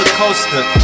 coaster